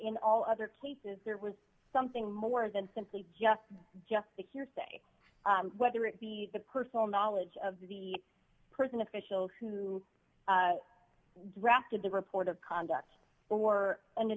in all other cases there was something more than simply just just the hearsay whether it be the personal knowledge of the person official who drafted the report of conduct for an